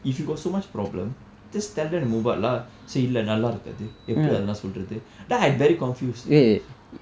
if you got so much problem just tell them to move out lah say இல்ல நல்லா இருக்காது எப்படி அது எல்லாம் சொல்றது:illa nallaa irkkathu eppadi athu ellam solrathu then I very confused